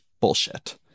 bullshit